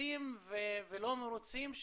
כועסים ולא מרוצים,